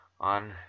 on